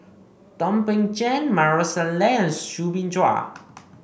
Thum Ping Tjin Maarof Salleh and Soo Bin Zhua